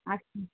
আসুন